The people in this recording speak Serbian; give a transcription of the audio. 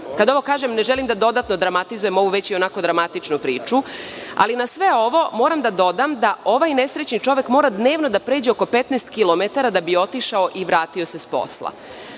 ovo kažem, ne želim dodatno da dramatizujem ovu već dramatičnu priču, ali na sve ovo moram da dodam da ovaj nesrećni čovek mora dnevno da pređe oko 15 kilometara da bi otišao i vratio se s posla.